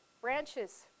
Branches